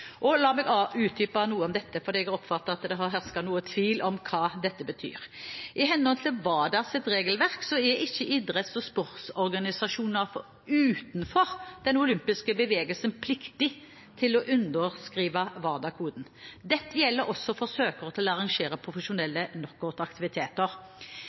WADA-koden. La meg utdype noe om dette, for jeg har oppfattet at det har hersket noe tvil om hva dette betyr. I henhold til WADAs regelverk er ikke idretts- og sportsorganisasjoner utenfor den olympiske bevegelsen pliktig til å underskrive WADA-koden. Dette gjelder også for mulige søkere til å arrangere